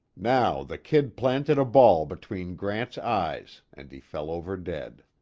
now the kid planted a ball between grant's eyes and he fell over dead.